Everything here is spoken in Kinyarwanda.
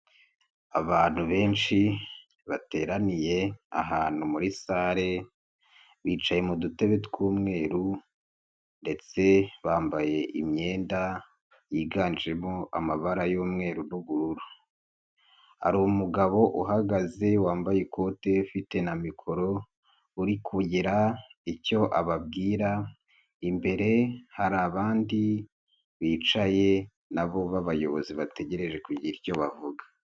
Abantu benshi bateraniye ahantu muri Sale, bicaye mu dutebe tw'umweru ndetse bambaye imyenda yiganjemo amabara y'umweru n'ubururu. Hari umugabo uhagaze wambaye ikote ufite na mikoro uri kugira icyo ababwira. Imbere hari abandi bicaye na bo babayobozi bategereje kugira icyo bavuga.